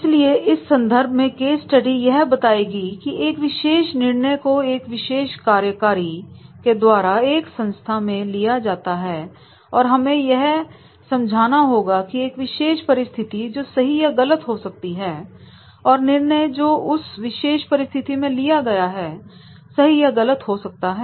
इसलिए इस संदर्भ में केस स्टडी यह बताएगी की एक विशेष निर्णय को एक विशेष कार्यकारी के द्वारा एक संस्था में कैसे लिया जाता है और हमें यह समझना होगा की एक विशेष परिस्थिति जो सही या गलत हो सकती है और निर्णय जो उस विशेष परिस्थिति में लिया गया है सही या गलत हो सकता है